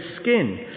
skin